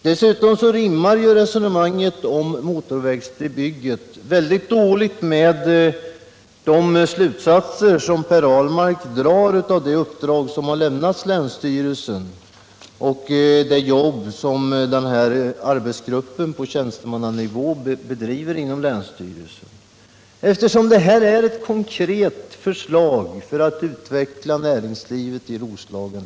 Dessutom rimmar Per Ahlmarks resonemang om motorvägsbygget dåligt med de slutsatser han drar av det uppdrag som har lämnats till länsstyrelsen och det jobb som arbetsgruppen på tjänstemannanivå inom länsstyrelsen bedriver, eftersom det här är ett konkret förslag till utveckling av näringslivet i Roslagen.